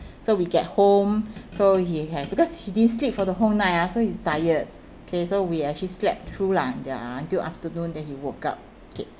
so we get home so he have because he didn't sleep for the whole night ah so he's tired okay so we actually slept through lah ya until afternoon then he woke up okay